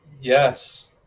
yes